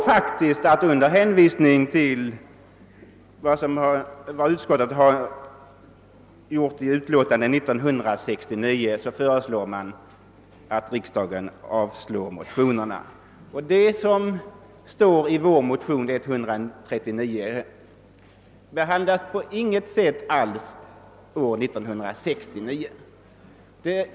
Utskottet hänvisar ju till vad som anförts i utlåtande nr 34 år 1969 där det föreslås att riksdagen skall avslå årets motioner, men det som berörs i vår motion II: 139 behandlades på inget sätt år 1969.